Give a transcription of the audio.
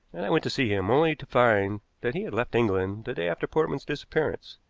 and i went to see him, only to find that he had left england the day after portman's disappearance.